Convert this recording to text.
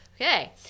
Okay